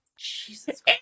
Jesus